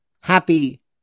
Happy